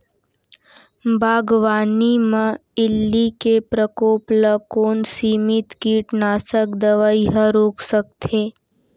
बागवानी म इल्ली के प्रकोप ल कोन सीमित कीटनाशक दवई ह रोक सकथे?